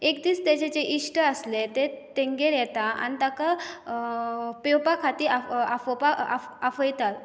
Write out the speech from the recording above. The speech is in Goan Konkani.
एक दीस तेजे जे इश्ट आसले ते तेंगेर येता आनी ताका पेंवपा खातीर आफोव आफयता